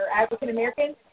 African-Americans